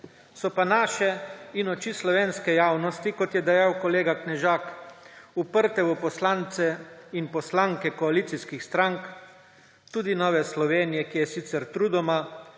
So pa naše in oči slovenske javnosti, kot je dejal kolega Knežak, uprte v poslance in poslanke koalicijskih strank, tudi Nove Slovenije, ki je sicer trudoma,